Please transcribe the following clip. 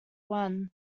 one